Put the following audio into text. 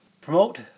Promote